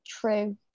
true